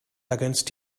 against